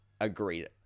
agreed